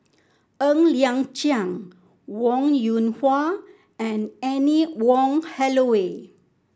Ng Liang Chiang Wong Yoon Wah and Anne Wong Holloway